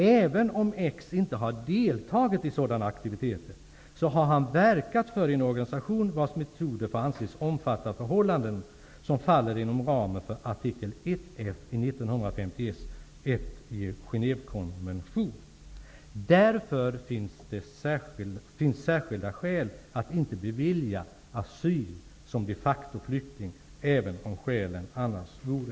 Även om X inte har deltagit i sådana aktiviteter har han verkat för en organisation vars metoder får anses omfatta förhållanden som faller inom ramen för artikel 1 F i 1951 års Genevekonvention. Därför finns särskilda skäl att inte bevilja asyl som de facto-flykting även om skälen annars vore tillräckliga.